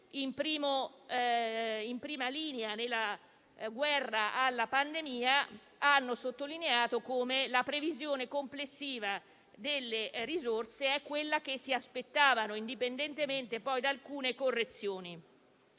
in prima linea nella guerra alla pandemia - ha sottolineato come la previsione complessiva delle risorse è quella che ci si aspettava, indipendentemente poi da alcune correzioni.